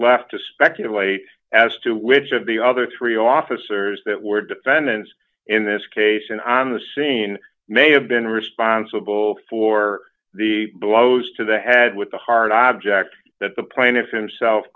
left to speculate as to which of the other three officers that were defendants in this case and on the scene may have been responsible for the blows to the head with the hard object that the plaintiff himself